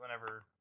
whenever